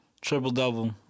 triple-double